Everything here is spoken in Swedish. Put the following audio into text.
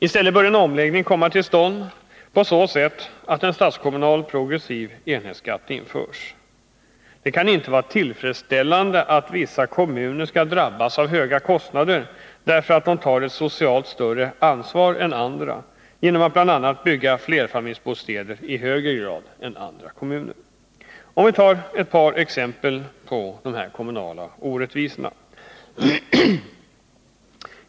I stället bör en omläggning komma till stånd på så sätt att en stats-kommunal progressiv enhetsskatt införs. Det kan inte vara tillfredsställande att vissa kommuner skall drabbas av höga kostnader därför att de tar ett socialt större ansvar än andra, genom att bl.a. bygga flerfamiljsbostäder i högre grad än andra. Låt mig ta ett par exempel på denna kommunala orättvisa.